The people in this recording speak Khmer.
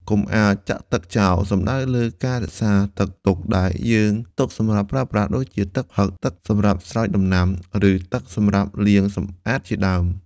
កុំអាលចាក់ទឹកចោល សំដៅលើការរក្សាទឹកទុកដែលយើងទុកសម្រាប់ប្រើប្រាស់ ដូចជាទឹកផឹក ទឹកសម្រាប់ស្រោចដំណាំ ឬទឹកសម្រាប់លាងសម្អាតជាដើម។